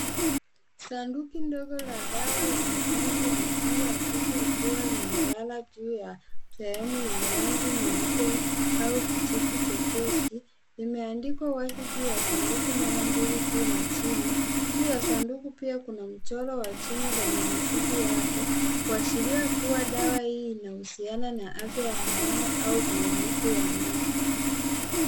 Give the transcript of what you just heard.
Sanduku ndogo la madawa lenye rangi ya machungwa hafifu likiwa lime lala juu ya sehemu yenye rangi nyeupe au kijivu chepesi, limeandikwa wazi juu ya sanduku mara mbili juu na chini. Juu ya sanduku pia kuna mchoro wa jino lenye mizizi yake kuashiria kuwa dawa hii inahusiana na afya ya meno au maumivu ya meno.